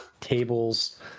tables